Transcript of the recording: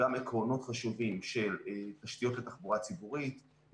גם עקרונות חשובים של תשתיות לתחבורה ציבורית,